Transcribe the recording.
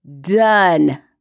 done